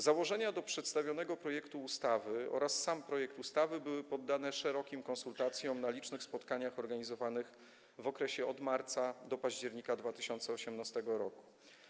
Założenia do przedstawionego projektu ustawy oraz sam projekt ustawy były poddane szerokim konsultacjom na licznych spotkaniach organizowanych w okresie od marca do października 2018 r.